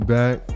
back